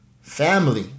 Family